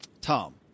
Tom